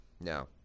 No